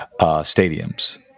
stadiums